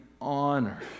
honor